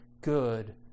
good